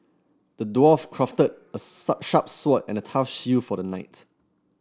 the dwarf crafted a sharp sword and a tough shield for the knight